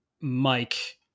Mike